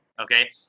okay